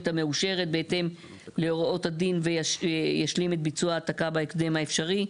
המאושרת בהתאם להוראות הדין וישלים את ביצוע ההעתקה בהקדם האפשרי.